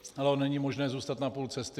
Ono není možné zůstat na půl cesty.